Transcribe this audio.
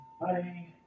Bye